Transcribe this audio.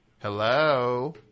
Hello